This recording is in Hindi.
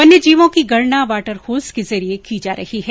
वन्यजीवों की गणना वॉटर होल्स के जरिए की जा रही है